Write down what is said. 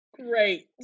Great